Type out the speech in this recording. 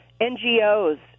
NGOs